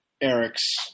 Eric's